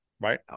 right